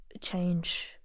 change